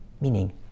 meaning